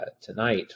tonight